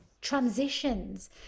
transitions